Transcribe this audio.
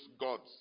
gods